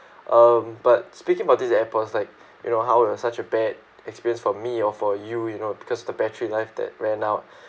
um but speaking about this airpods like you know how uh such a bad experience for me or for you you know because the battery life that ran out